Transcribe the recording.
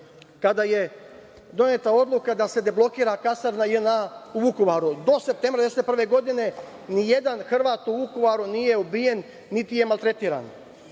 kada je doneta odluka da se deblokira kasarna JNA u Vukovaru. Do septembra 1991. godine nijedan Hrvat u Vukovaru nije ubijen, niti je maltretiran. Prema